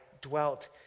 dwelt